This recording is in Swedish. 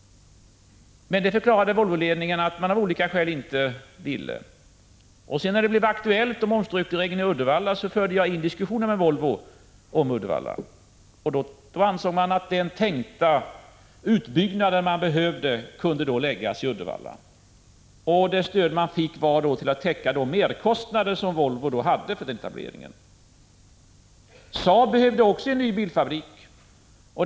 Men Volvoledningen förklarade att man av olika skäl inte ville det. När det sedan blev aktuellt med omstruktureringen i Uddevalla förde jag diskussioner med Volvo om Uddevalla. Då ansåg man att den tänkta utbyggnad som man behövde kunde förläggas till Uddevalla. Det stöd man fick skulle täcka de merkostnader som Volvo hade för etableringen. Saab behövde också en ny bilfabrik.